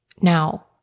Now